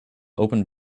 open